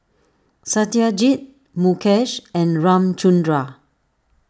Satyajit Mukesh and Ramchundra